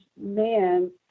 man